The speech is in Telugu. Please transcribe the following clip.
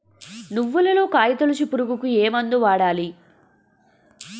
నువ్వులలో కాయ తోలుచు పురుగుకి ఏ మందు వాడాలి?